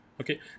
okay